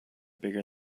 bigger